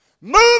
Move